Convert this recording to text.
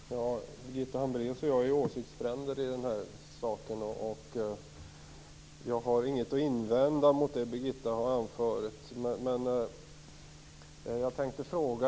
Fru talman! Birgitta Hambraeus och jag är åsiktsfränder i den här saken. Jag har inget att invända mot det Birgitta Hambraeus har anfört.